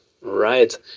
Right